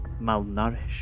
malnourished